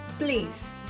Please